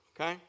Okay